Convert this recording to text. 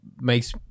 makes